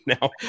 now